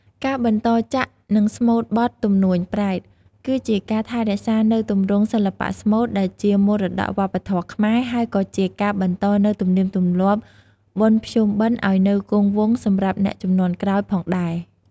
ការបន្តចាក់ និងស្មូតបទ ទំនួញប្រេត គឺជាការ ថែរក្សានូវទម្រង់សិល្បៈស្មូត ដែលជាមរតកវប្បធម៌ខ្មែរ ហើយក៏ជាការបន្តនូវទំនៀមទម្លាប់បុណ្យភ្ជុំបិណ្ឌឲ្យនៅគង់វង្សសម្រាប់អ្នកជំនាន់ក្រោយផងដែរ។